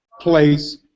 place